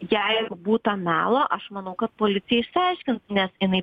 jeigu būta melo aš manau kad policija išsiaiškins nes jinai